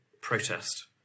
protest